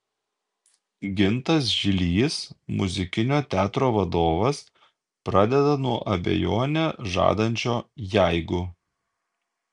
gintas žilys muzikinio teatro vadovas pradeda nuo abejonę žadančio jeigu